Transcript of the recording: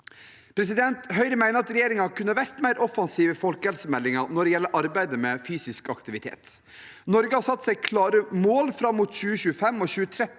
Høyre mener at regjeringen kunne vært mer offensiv i folkehelsemeldingen når det gjelder arbeidet med fysisk aktivitet. Norge har satt seg klare mål fram mot 2025 og 2030